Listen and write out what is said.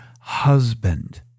husband